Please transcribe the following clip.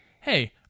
Hey